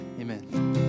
Amen